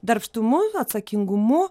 darbštumu atsakingumu